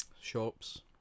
Shops